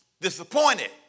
disappointed